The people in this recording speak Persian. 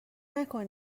نکن